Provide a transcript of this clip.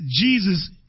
Jesus